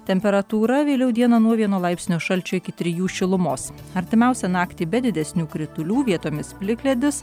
temperatūra vėliau dieną nuo vieno laipsnio šalčio iki trijų šilumos artimiausią naktį be didesnių kritulių vietomis plikledis